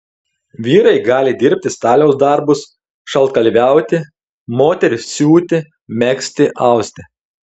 vyrai gali dirbti staliaus darbus šaltkalviauti moterys siūti megzti austi